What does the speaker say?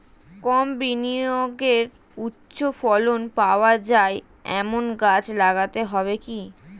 কম বিনিয়োগে উচ্চ ফলন পাওয়া যায় এমন গাছ লাগাতে হবে কি?